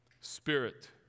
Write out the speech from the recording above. Spirit